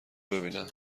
ببینم